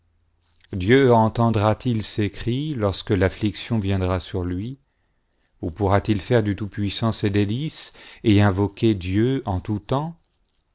dieu entendra-t-il ses cris lorsque l'affliction viendra sur lui où pourra-t-il faire du tout-puissant ses délices et invoquer dieu en tout temps